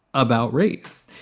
about race.